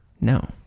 No